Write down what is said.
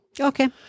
Okay